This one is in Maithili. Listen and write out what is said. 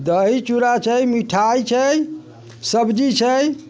दही चुड़ा छै मिठाइ छै सब्जी छै